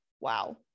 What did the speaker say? wow